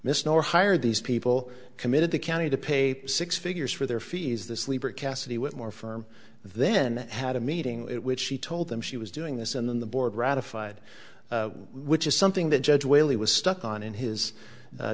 misnomer hire these people committed the county to pay six figures for their fees this libor cassady what more firm then had a meeting at which she told them she was doing this and then the board ratified which is something that judge whaley was stuck on in his